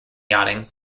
yachting